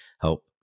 help